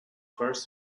first